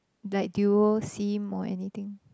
like dual sim or anything